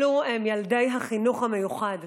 אלה ילדי החינוך המיוחד,